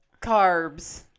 Carbs